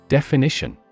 Definition